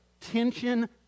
tension